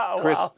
Chris